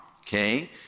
okay